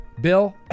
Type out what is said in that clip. Bill